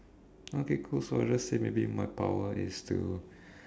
okay cool so I'll just say maybe my power is still